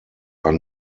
are